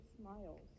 smiles